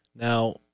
now